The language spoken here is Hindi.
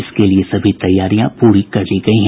इसके लिये सभी तैयारियां पूरी कर ली गयी हैं